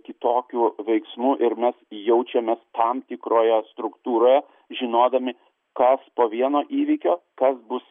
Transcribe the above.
kitokiu veiksmu ir mes jaučiamės tam tikroje struktūroje žinodami kas po vieno įvykio kas bus